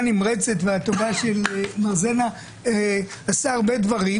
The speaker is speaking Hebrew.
הנמרצת והטובה של מר זנה עשתה הרבה דברים,